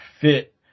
fit